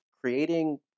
creating